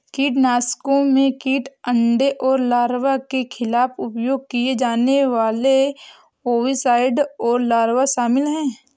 कीटनाशकों में कीट अंडे और लार्वा के खिलाफ उपयोग किए जाने वाले ओविसाइड और लार्वा शामिल हैं